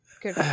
Good